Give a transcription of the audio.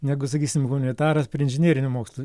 negu sakysim humanitaras prie inžinerinių mokslų